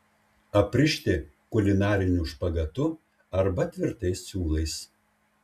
aprišti kulinariniu špagatu arba tvirtais siūlais